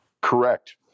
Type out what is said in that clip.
Correct